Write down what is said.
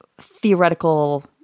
theoretical